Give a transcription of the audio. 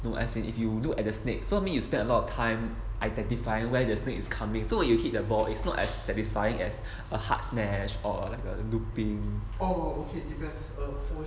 no as in if you look at the snake so me you spend a lot of time identifying where the snake is coming so when you hit the ball is not as satisfying as a hard smash or a looping